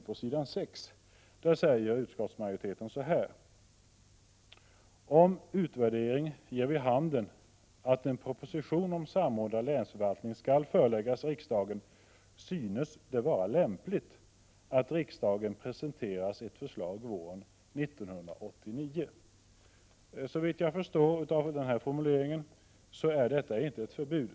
På s. 6 säger utskottsmajoriteten: ”Om utvärderingen ger vid handen att en proposition om samordnad länsförvaltning skall föreläggas riksdagen synes det vara lämpligt att riksdagen presenteras ett förslag våren 1989.” Såvitt jag kan förstå innebär den formuleringen inte ett förbud.